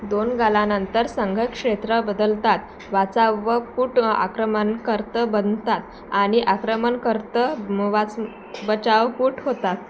दोन गालानंतर संघ क्षेत्र बदलतात वाचावकूट आक्रमणकर्ते बनतात आणि आक्रमणकर्ते वाच बचावकूट होतात